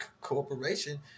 corporation